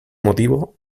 motivo